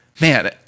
man